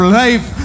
life